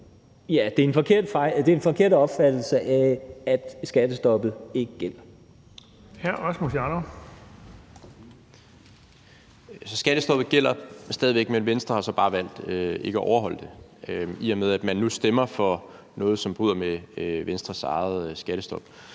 Jarlov. Kl. 13:22 Rasmus Jarlov (KF): Så skattestoppet gælder stadig væk, men Venstre har så bare valgt ikke at overholde det, i og med at man nu stemmer for noget, som bryder med Venstres eget skattestop.